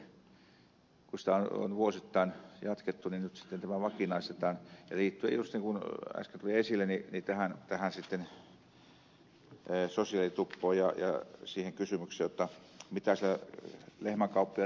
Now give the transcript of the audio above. kun sitä on vuosittain jatkettu niin nyt sitten tämä vakinaistetaan ja liittyen just niin kuin äsken tuli esille tähän sosiaalitupoon ja siihen kysymykseen mitä siinä lehmänkauppoja tehtiinkin